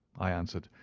i answered,